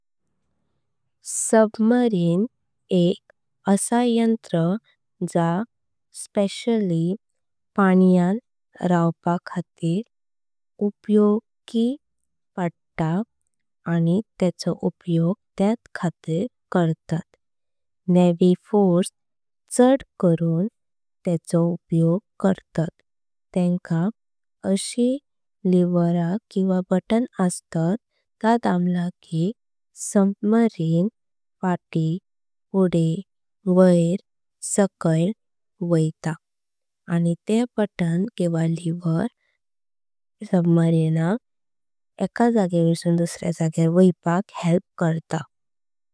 सहसागर एक असा यंत्र जां स्पेशल्ली पाण्यां रावपां। खातीर उपयोग करतात नौदल फोर्स चढ नि तेंचो। उपयोग करतात तेका अशी लिवरेस् किंवा बटन। अस्तात ते धांबलें की सहसागर फाटी फुडें वायत। आणि ते बटन किंवा लिवरेस् हेल्प करतात।